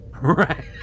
right